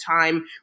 time